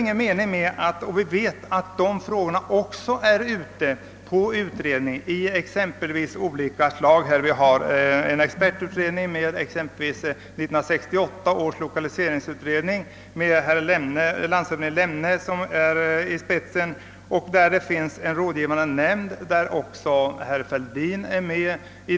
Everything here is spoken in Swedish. Även lokaliseringspolitiken är ju föremål för många olika utredningar. 1968 års lokaliseringsutredning har t.ex. tillsatt en expertutredning med landshövding Lemne i spetsen, och man har också en rådgivande nämnd där herr Fälldin är medlem.